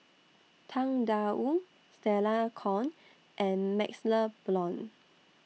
Tang DA Wu Stella Kon and MaxLe Blond